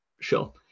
sure